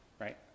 Right